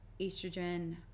estrogen